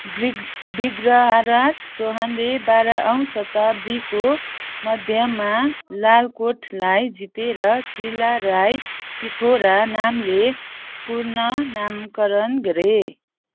ब्रिग बिग्रहराज चौहानले बाह्रौँ शताब्दीको मध्यमा लालकोटलाई जितेर किला राई पिथोरा नामले पूर्णनामकरण गरे